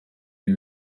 ibi